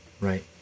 Right